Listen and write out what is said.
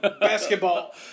Basketball